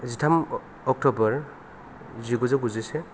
जिथाम अक्ट'बर जिगुजौ गुजिसे